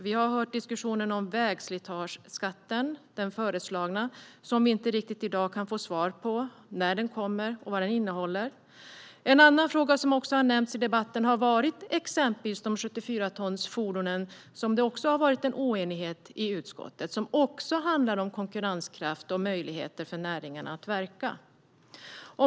Vi har hört diskussionen om den föreslagna vägslitageskatten. Vi kan i dag inte riktigt få svar på när den kommer och vad den innehåller. En annan fråga som har nämnts i debatten rör de 74 ton tunga fordonen. Där har det också rått oenighet i utskottet. Denna fråga handlar också om konkurrenskraft och möjligheter för näringarna att verka.